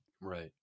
Right